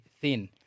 thin